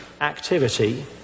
activity